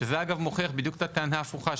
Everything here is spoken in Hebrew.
שזה אגב מוכיח בדיוק את הטענה הפוכה,